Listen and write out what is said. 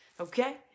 okay